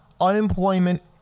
Unemployment